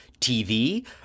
TV